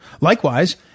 Likewise